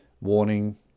warning